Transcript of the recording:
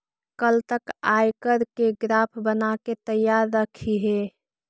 कल तक आयकर के ग्राफ बनाके तैयार रखिहें